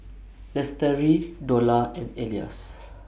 Lestari Dollah and Elyas